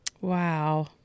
Wow